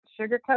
sugarcoat